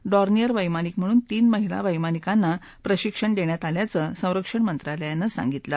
Dornier वैमानिक म्हणून तीन महिला वैमानिकांना प्रशिक्षण देण्यात आल्याचं संरक्षण मंत्रालयानं सांगितलं